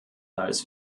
als